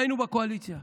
היינו בקואליציה.